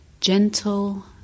gentle